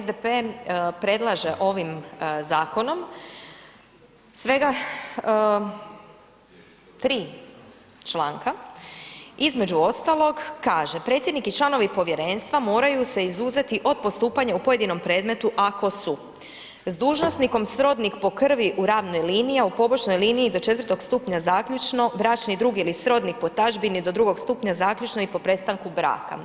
SDP predlaže ovim zakonom svega tri članka, između ostalog kaže „Predsjednik i članovi povjerenstva moraju se izuzeti od postupanja u pojedinom predmetu ako su: 1. S dužnosnikom srodnik po krvi u ravnoj liniji, a u pomoćnoj liniji do 4. stupnja zaključno, bračni drug ili srodnik po tazbini do 2. stupnja zaključno i po prestanku braka.